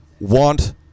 want